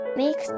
mix